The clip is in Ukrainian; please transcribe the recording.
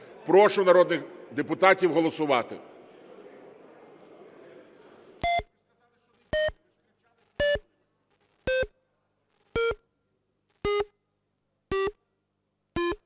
Прошу народних депутатів голосувати.